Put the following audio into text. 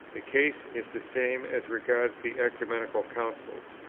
the case is the same as regards the ecumenical councils.